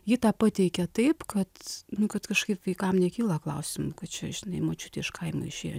ji tą pateikia taip kad nu kad kažkaip vaikam nekyla klausimų kad čia žinai močiutė iš kaimo išėjo